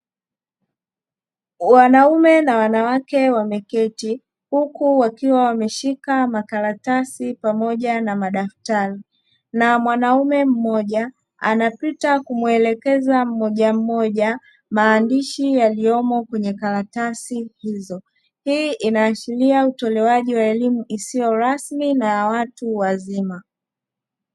Wanaume na wanawake wameketi huku wakiwa wameshika makaratasi pamoja na madaftari. Na mwanaume mmoja anapita kumuelekeza mmoja mmoja maandishi yaliyomo kwenye karatasi hizo. Hii inaashiria utolewaji wa elimu isiyo rasmi na ya watu wazima.